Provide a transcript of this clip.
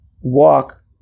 walk